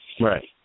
Right